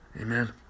Amen